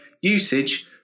usage